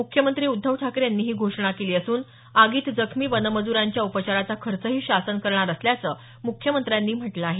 मुख्ममंत्री उद्धव ठाकरे यांनी ही घोषणा केली असून आगीत जखमी वनमजूरांच्या उपचाराचा खर्चही शासन करणार असल्याचं मुख्यमंत्र्यांनी म्हटलं आहे